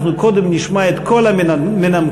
אנחנו קודם נשמע את כל המנמקים,